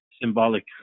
symbolic